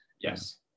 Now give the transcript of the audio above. yes